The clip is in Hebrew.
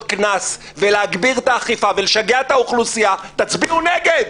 קנס ולהגביר את האכיפה ולשגע את האוכלוסייה תצביעו נגד.